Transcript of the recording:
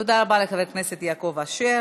תודה רבה לחבר הכנסת יעקב אשר.